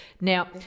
Now